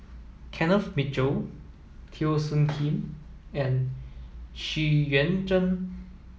Kenneth Mitchell Teo Soon Kim and Xu Yuan Zhen